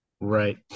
Right